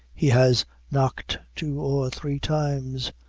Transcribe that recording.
he has knocked two or three times,